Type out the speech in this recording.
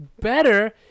better